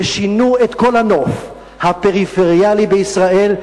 ששינו את כל הנוף הפריפריאלי בישראל,